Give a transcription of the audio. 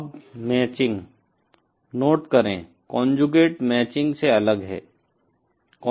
अब matching note करे conjugate matching से अलग है